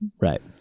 Right